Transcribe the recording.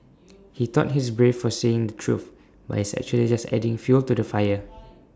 he thought he's brave for saying the truth but he's actually just adding fuel to the fire